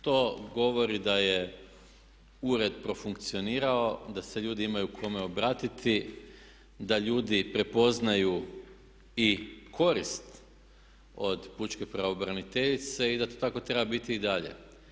To govori da je ured profunkcionirao, da se ljudi imaju kome obratiti, da ljudi prepoznaju i korist od pučke pravobraniteljice i da to tako treba biti i dalje.